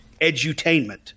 edutainment